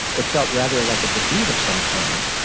it felt rather like a defeat of some kind,